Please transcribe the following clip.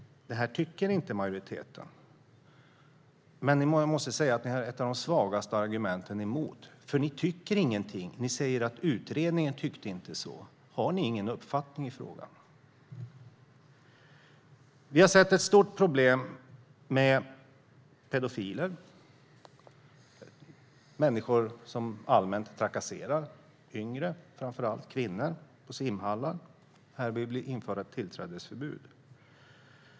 Det vill inte majoriteten. Men jag måste säga att ni har ett av de svagaste argumenten emot. Ni tycker ingenting. Ni säger bara att utredningen inte tyckte så. Har ni ingen uppfattning i frågan? Vi har sett ett stort problem med pedofiler och människor som allmänt trakasserar yngre, framför allt kvinnor, i simhallar. Här vill vi införa ett tillträdesförbud.